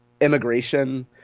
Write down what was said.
immigration